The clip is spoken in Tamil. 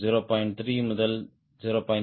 3 முதல் 0